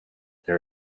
there